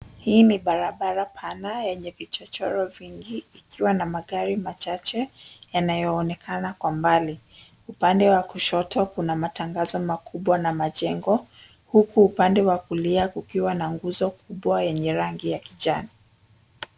Hii ni barabara pana yenye vichochoro vingi ikiwa na magari machache yanayoonekana kwa mbali. Upande wa kushoto kuna matangazo makubwa na majengo huku upande wa kulia kukiwa na nguzo kubwa ya rangi ya kijani.